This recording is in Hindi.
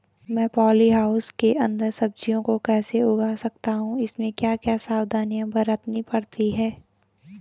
मैं पॉली हाउस के अन्दर सब्जियों को कैसे उगा सकता हूँ इसमें क्या क्या सावधानियाँ बरतनी पड़ती है?